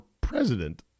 president